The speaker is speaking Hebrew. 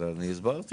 להיות ולהגדיל את